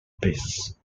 piece